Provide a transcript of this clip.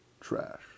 trash